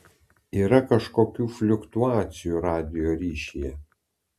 yra kažkokių fliuktuacijų radijo ryšyje